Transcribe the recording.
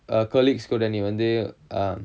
uh colleagues கூட நீ வந்து:kooda nee vanthu um